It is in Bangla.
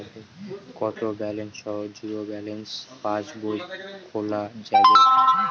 কত ব্যালেন্স সহ জিরো ব্যালেন্স পাসবই খোলা যাবে?